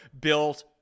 built